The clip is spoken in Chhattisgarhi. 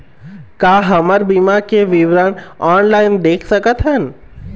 का हमर बीमा के विवरण ऑनलाइन देख सकथन?